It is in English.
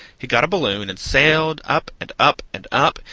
he got a balloon and sailed up and up and up,